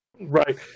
right